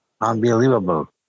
Unbelievable